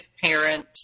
parent